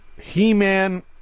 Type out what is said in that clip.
He-Man